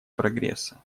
прогресса